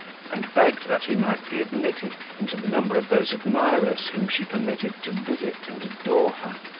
and begged that he might be admitted into the number of those admirers whom she permitted to visit and adore her.